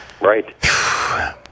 right